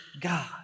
God